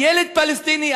ילד פלסטיני,